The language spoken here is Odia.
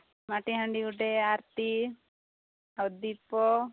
ମାଟିହାଣ୍ଡି ଗୋଟେ ଆରତୀ ଆଉ ଦୀପ